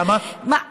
איזה סיסמאות, למה?